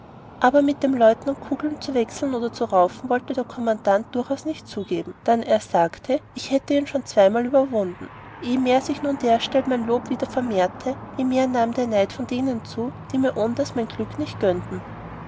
aber mit dem leutenant kugeln zu wechseln oder zu raufen wollte der kommandant durchaus nicht zugeben dann er sagte ich hätte ihn schon zweimal überwunden je mehr sich nun dergestalt mein lob wieder vermehrte je mehr nahm der neid bei denen zu die mir ohndas mein glück nicht gönneten